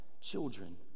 children